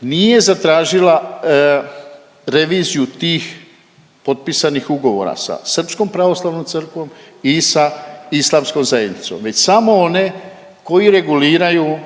nije zatražila reviziju tih potpisanih ugovora sa Srpskom pravoslavnom crkvom i sa islamskom zajednicom već samo one koji reguliraju